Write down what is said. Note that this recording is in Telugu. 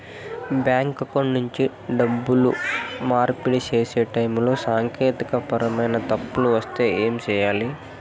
బ్యాంకు అకౌంట్ నుండి డబ్బులు మార్పిడి సేసే టైములో సాంకేతికపరమైన తప్పులు వస్తే ఏమి సేయాలి